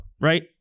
right